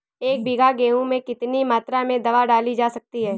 एक बीघा गेहूँ में कितनी मात्रा में दवा डाली जा सकती है?